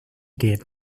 did